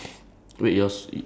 peaches and plum ah